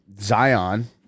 Zion